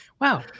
wow